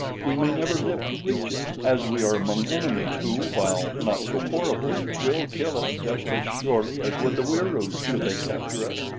we may never live to reach it, as we are among enemies who, while not so horrible will kill us just as surely as would the wieroos should they capture us,